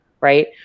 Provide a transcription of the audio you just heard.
Right